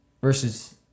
Versus